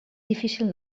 difícil